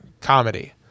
comedy